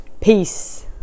Peace